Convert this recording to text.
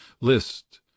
list